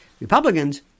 Republicans